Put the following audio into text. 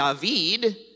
David